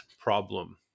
problem